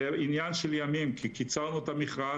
זה עניין של ימים, כי קיצרנו את המכרז.